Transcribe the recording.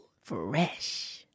Fresh